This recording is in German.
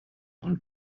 und